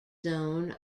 zone